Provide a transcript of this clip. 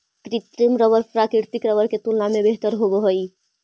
कृत्रिम रबर प्राकृतिक रबर के तुलना में बेहतर होवऽ हई